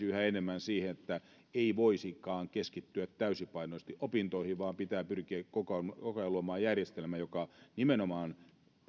yhä enemmän siihen että ei voisikaan keskittyä täysipainoisesti opintoihin vaan pitää pyrkiä koko koko ajan luomaan järjestelmä joka nimenomaan